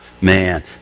man